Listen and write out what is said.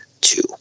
two